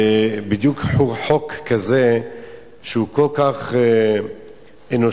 ובדיוק על חוק כזה שהוא כל כך אנושי,